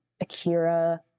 Akira